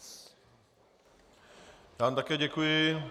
Já vám také děkuji.